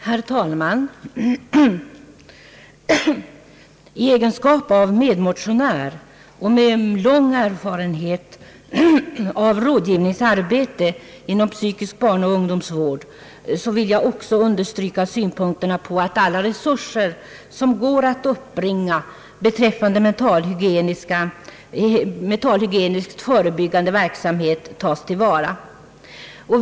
Herr talman! I egenskap av medmotionär och med en lång erfarenhet av rådgivningsarbete inom psykisk barnaoch ungdomsvård vill jag också understryka synpunkterna på att alla resurser, som går att uppbringa beträffande mentalhygienisk förebyggande verksam het, tas till vara.